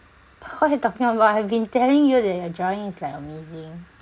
what you talking about I've been telling you that your drawing is like amazing